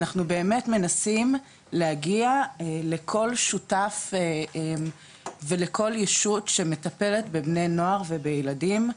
אנחנו באמת מנסים להגיע לכל שותף ולכל ישות שמטפל בבני נוער ובילדים,